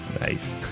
Nice